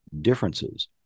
differences